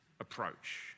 approach